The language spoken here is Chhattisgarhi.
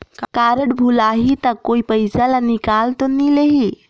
कारड भुलाही ता कोई पईसा ला निकाल तो नि लेही?